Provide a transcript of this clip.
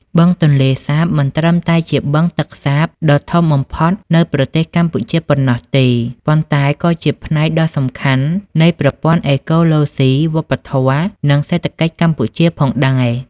បឹងទន្លេសាបមិនត្រឹមតែជាបឹងទឹកសាបដ៏ធំបំផុតនៅប្រទេសកម្ពុជាប៉ុណ្ណោះទេ ប៉ុន្តែក៏ជាផ្នែកដ៏សំខាន់នៃប្រព័ន្ធអេកូឡូស៊ី វប្បធម៌ និងសេដ្ឋកិច្ចកម្ពុជាផងដែរ។